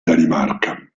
danimarca